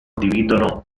condividono